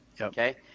okay